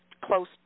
close